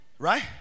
Right